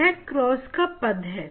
यह कॉस का पद है